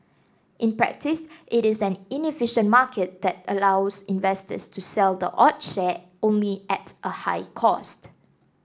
in practice it is an inefficient market that allows investors to sell the odd share only at a high cost